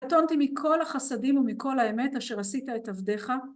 קטנתי מכל החסדים ומכל האמת אשר עשית את עבדיך.